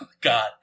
God